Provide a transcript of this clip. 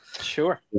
Sure